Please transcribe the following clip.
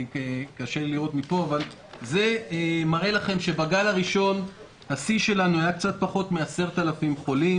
זה מראה לכם שבגל הראשון השיא שלנו היה קצת פחות מ-10,000 חולים.